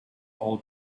all